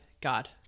god